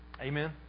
Amen